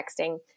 texting